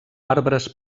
arbres